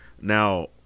Now